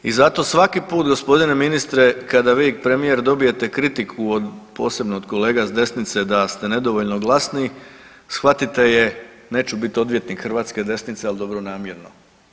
I zato svaki put g. ministre kada vi i premijer dobijete kritiku od posebno od kolega s desnice da ste nedovoljno glasni, shvatite je, neću bit odvjetnik hrvatske desnice, ali dobronamjerno.